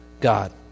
God